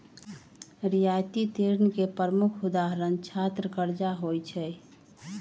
रियायती ऋण के प्रमुख उदाहरण छात्र करजा होइ छइ